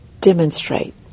demonstrate